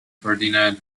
ferdinand